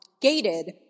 Gated